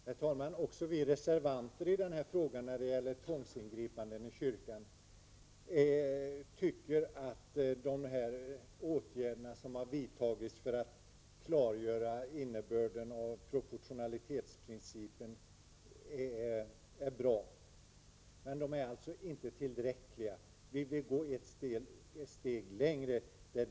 Herr talman! Också vi reservanter när det gäller frågan om tvångsingripande i kyrkor tycker att de åtgärder som har vidtagits för att klargöra innebörden av proportionalitetsprincipen är bra. Men de är inte tillräckliga. Vi vill gå ett steg längre.